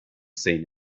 seen